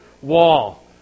wall